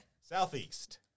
Southeast